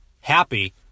happy